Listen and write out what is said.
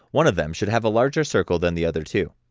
one of them should have a larger circle than the other two.